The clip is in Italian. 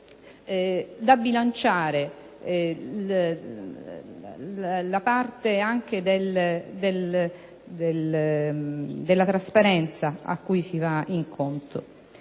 da bilanciare la parte della trasparenza cui si va incontro.